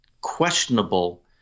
questionable